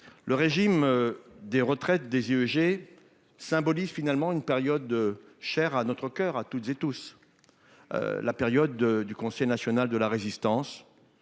le régime de retraite des IEG symbolise finalement une période chère à notre coeur à toutes et tous, celle du Conseil national de la Résistance